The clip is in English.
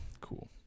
cool